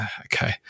okay